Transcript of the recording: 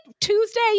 Tuesday